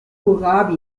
kohlrabi